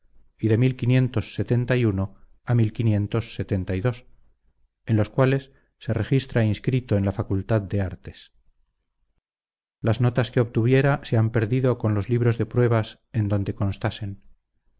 acreditan los libros de matrícula correspondientes a los cursos de a en los cuales se registra inscrito en la facultad de artes las notas que obtuviera se han perdido con los libros de pruebas en donde constasen